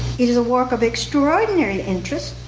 it is a work of extraordinary interest,